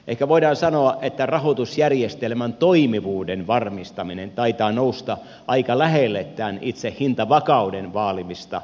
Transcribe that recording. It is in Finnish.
ehkä voidaan sanoa että rahoitusjärjestelmän toimivuuden varmistaminen taitaa nousta aika lähelle tämän itse hintavakauden vaalimista